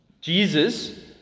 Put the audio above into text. Jesus